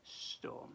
storm